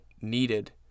needed